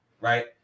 right